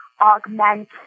augment